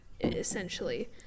essentially